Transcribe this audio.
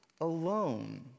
alone